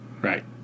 Right